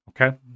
Okay